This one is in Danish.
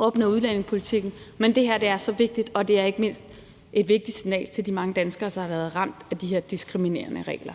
at opnå i udlændingepolitikken, men det her er så vigtigt, og det er ikke mindst et vigtigt signal til de mange danskere, der har været ramt af de her diskriminerende regler.